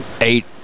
Eight